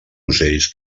ocells